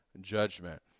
judgment